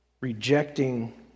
rejecting